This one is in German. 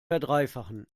verdreifachen